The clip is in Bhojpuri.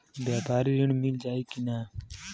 व्यापारी ऋण मिल जाई कि ना?